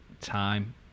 time